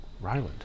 Ryland